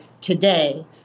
today